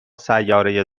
سیاره